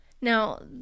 Now